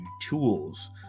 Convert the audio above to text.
tools